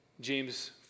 James